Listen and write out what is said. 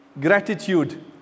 gratitude